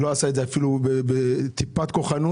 לא עשה את זה אפילו בטיפת כוחנות.